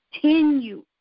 continue